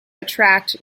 attract